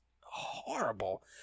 horrible